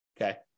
okay